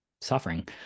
suffering